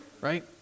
right